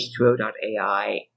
H2O.ai